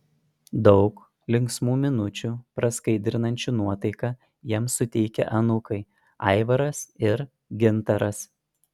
daug linksmų minučių praskaidrinančių nuotaiką jiems suteikia anūkai aivaras ir gintaras